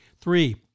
Three